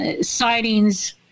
sightings